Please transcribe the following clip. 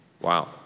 Wow